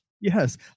Yes